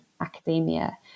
academia